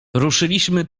ruszyliśmy